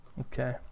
Okay